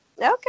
Okay